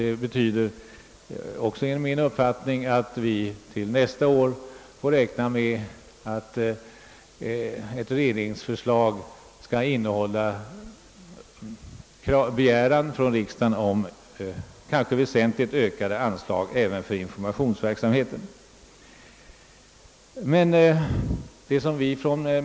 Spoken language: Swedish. Det betyder att vi kan räkna med att propositionen nästa år innehåller förslag om väsentligt ökade anslag för informationsverksamheten.